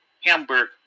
Hamburg